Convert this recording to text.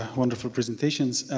um wonderful presentations.